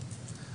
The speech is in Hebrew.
החברה.